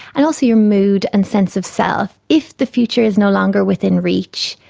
and also your mood and sense of self if the future is no longer within reach,